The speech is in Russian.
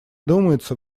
думается